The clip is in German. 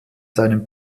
seinem